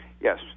Yes